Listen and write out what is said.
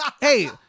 hey-